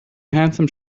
handsome